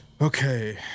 Okay